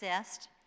exist